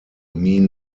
mean